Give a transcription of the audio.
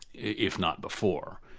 if not before,